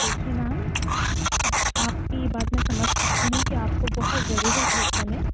دیکھیے میم آپ کی بات میں سمجھ سکتی ہوں کہ آپ کو بہت ضرورت ہے اس سمے